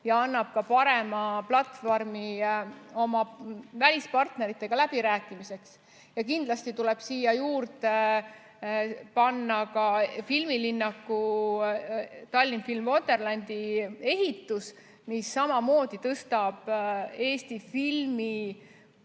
ja annab ka parema platvormi välispartneritega läbirääkimiseks. Kindlasti tuleb siia juurde panna ka filmilinnaku, Tallinn Film Wonderlandi ehitus, mis samamoodi tõstab Eesti filmi